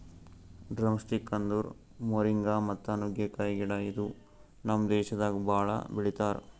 drumsticks ಅಂದುರ್ moringa ಮತ್ತ ನುಗ್ಗೆಕಾಯಿ ಗಿಡ ಇದು ನಮ್ ದೇಶದಾಗ್ ಭಾಳ ಬೆಳಿತಾರ್